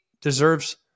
Deserves